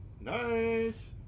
Nice